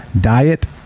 diet